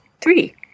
Three